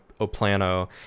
Oplano